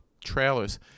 trailers